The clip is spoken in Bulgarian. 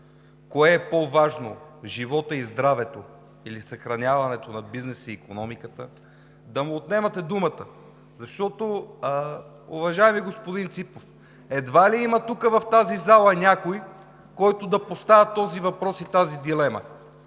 кое е по-важно – животът и здравето, или съхраняването на бизнеса и икономиката, да му отнемате думата. Уважаеми господин Ципов, едва ли има тук в тази зала някой, който да поставя този въпрос и тази дилема.